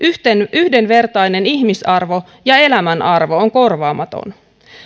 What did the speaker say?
yhdenvertainen ihmisarvo ja elämän arvo on korvaamaton